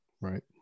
Right